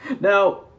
Now